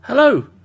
Hello